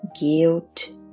guilt